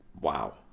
wow